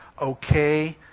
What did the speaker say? okay